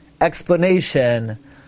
explanation